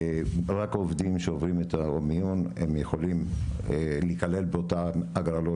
רק עובדים שעוברים את המיון יכולים להיכלל באותן הגרלות